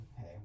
hey